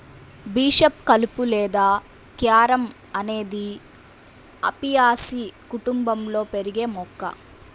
bishop కలుపు లేదా carom అనేది అపియాసి కుటుంబంలో పెరిగే మొక్క